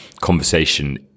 conversation